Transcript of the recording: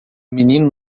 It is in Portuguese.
menino